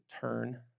turn